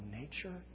nature